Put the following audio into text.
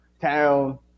town